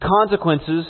consequences